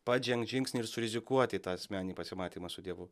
pats žengt žingsnį ir surizikuot į tą asmeninį pasimatymą su dievu